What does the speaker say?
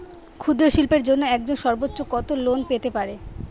ক্ষুদ্রশিল্পের জন্য একজন সর্বোচ্চ কত লোন পেতে পারে?